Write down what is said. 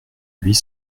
huit